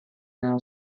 now